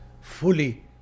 fully